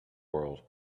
world